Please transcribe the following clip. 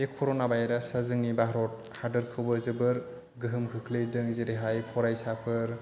बे कर'ना भाइरासा जोंनि भारत हादरखौबो जोबोर गोहोम खोख्लैदों जेरैहाय फरायसाफोर